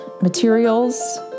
materials